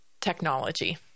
technology